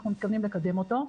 אנחנו מתכוונים לקדם אותו.